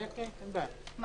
אין בעיה.